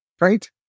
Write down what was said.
Right